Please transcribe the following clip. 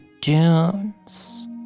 dunes